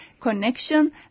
connection